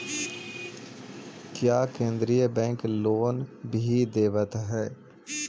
क्या केन्द्रीय bank loan भी देवत हैं